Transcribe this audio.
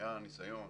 היה ניסיון